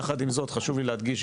יחד עם זאת חשוב לי להדגיש,